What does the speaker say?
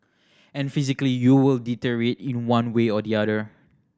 and physically you will deteriorate in one way or the other